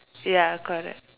ya correct